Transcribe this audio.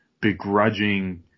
begrudging